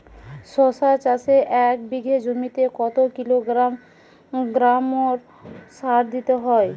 শশা চাষে এক বিঘে জমিতে কত কিলোগ্রাম গোমোর সার দিতে হয়?